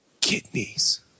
kidneys